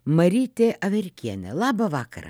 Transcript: marytė averkienė labą vakarą